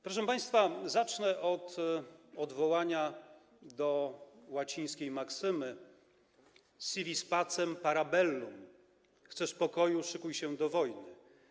Proszę państwa, zacznę od odwołania do łacińskiej maksymy: si vis pacem, para bellum - chcesz pokoju, szykuj się do wojny.